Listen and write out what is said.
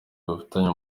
bafitanye